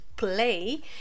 Play